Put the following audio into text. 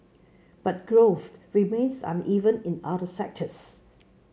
but growth remains uneven in other sectors